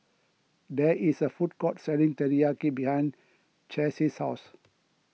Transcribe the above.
there is a food court selling Teriyaki behind Chase's house